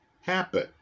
happen